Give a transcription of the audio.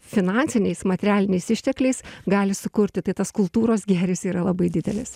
finansiniais materialiniais ištekliais gali sukurti tai tas kultūros gėris yra labai didelis